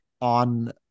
on